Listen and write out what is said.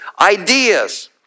ideas